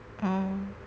oh